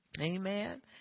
amen